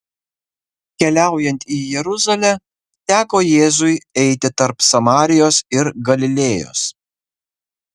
keliaujant į jeruzalę teko jėzui eiti tarp samarijos ir galilėjos